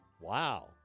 Wow